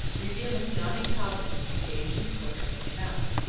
revealing johnnie cobden engaged in torturing a mouse.